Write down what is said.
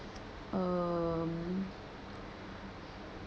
um